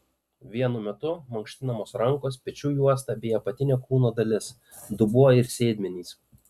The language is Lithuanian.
vienu metu mankštinamos rankos pečių juosta bei apatinė kūno dalis dubuo ir sėdmenys